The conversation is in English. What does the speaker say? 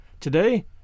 Today